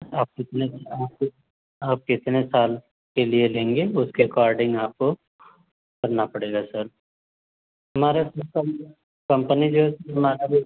आप कितने आप कितने साल के लिए लेंगे उसके अकॉर्डिंग आपको करना पड़ेगा सर हमारे कंपनी जो है हमारा भी